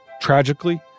Tragically